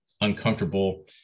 uncomfortable